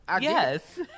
yes